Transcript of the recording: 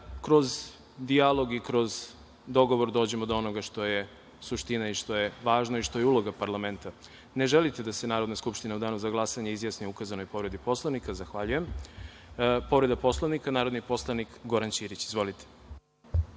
kroz dijalog i kroz dogovor dođemo do onoga što je suština i što je važno, i što je uloga parlamenta. Ne želite da se Narodna skupština u danu za glasanje izjasni o ukazanoj povredi Poslovnika? Zahvaljujem. Povreda Poslovnika, narodni poslanik Goran Ćirić. Izvolite.